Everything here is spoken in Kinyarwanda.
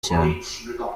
cyane